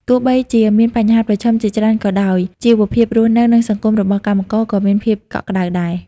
ទោះបីជាមានបញ្ហាប្រឈមជាច្រើនក៏ដោយ ជីវភាពរស់នៅ និងសង្គម របស់កម្មករក៏មានភាពកក់ក្ដៅដែរ។